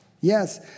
Yes